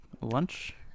lunch